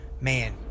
man